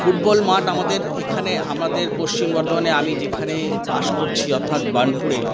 football মাঠ আমাদের এখানে আমাদের পশ্চিম বর্ধমানে আমি যেখানে বাস করছি অর্থাৎ বার্ণপুরে